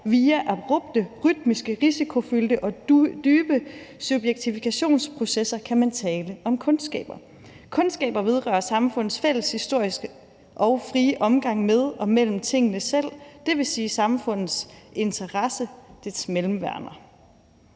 via abrupte, rytmiske, risikofyldte og dybe subjektifikationsprocesser, kan man tale om kundskaber. Kundskaber vedrører samfundets fælles historiske og frie omgang med og mellem tingene selv, dvs. samfundets interesse, dets mellemværender.